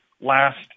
last